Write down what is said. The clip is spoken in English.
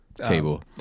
Table